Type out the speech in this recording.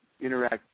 interact